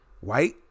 white